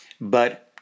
But-